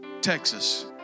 Texas